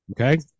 okay